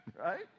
right